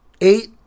eight